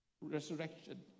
resurrection